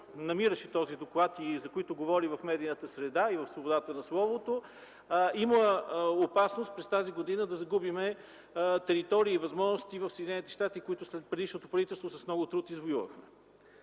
намираше този доклад и за които говори в медийната среда и свободата на словото, че има опасност тази година да загубим територии и възможности в Съединените щати, които с предишното правителство извоювахме